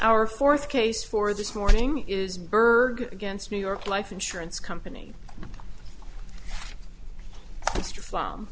our fourth case for this morning is berg against new york life insurance company